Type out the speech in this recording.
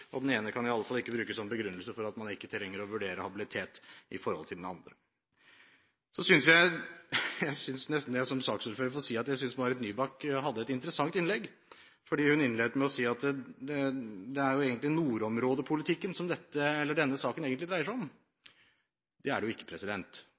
og den ene kan iallfall ikke brukes som begrunnelse for at man ikke trenger å vurdere habilitet når det gjelder den andre. Jeg synes nesten jeg som saksordfører får si at jeg synes Marit Nybakk hadde et interessant innlegg, fordi hun innledet med å si at det er nordområdepolitikken denne saken egentlig dreier seg om. Det er det ikke. Dette dreier seg